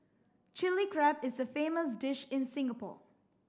Chilli Crab is a famous dish in Singapore